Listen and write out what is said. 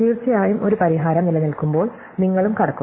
തീർച്ചയായും ഒരു പരിഹാരം നിലനിൽക്കുമ്പോൾ നിങ്ങളും കടക്കും